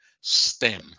stem